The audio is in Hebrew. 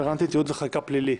רפרנטית ייעוץ וחקיקה פלילי.